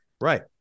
Right